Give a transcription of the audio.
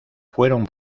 fueron